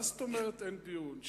מה זאת אומרת אין דיון?